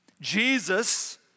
Jesus